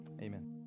Amen